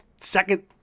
second